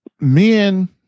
men